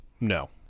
No